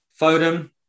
Foden